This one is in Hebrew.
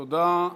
תודה.